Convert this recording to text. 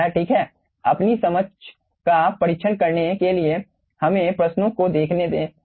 ठीक है अपनी समझ का परीक्षण करने के लिए हमें प्रश्नों को देखने दें